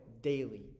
daily